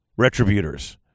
Retributors